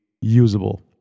usable